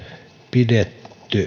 pidetty